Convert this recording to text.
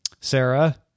Sarah